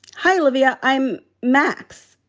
hi, olivia. i'm max.